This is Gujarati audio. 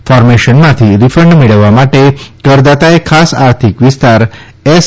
ફોર્મેશન્સમાંથી રિફંડ મેળવવા માટે કરદાતાએ ખાસ આર્થિક વિસ્તાર એસ